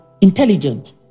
intelligent